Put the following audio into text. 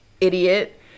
idiot